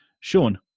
Sean